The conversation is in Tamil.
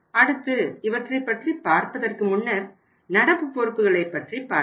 அடுத்து இவற்றைப் பற்றி பார்ப்பதற்கு முன்னர் நடப்பு பொறுப்புகளைப் பற்றி பார்ப்போம்